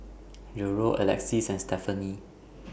Gerold Alexys and Stefani